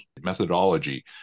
methodology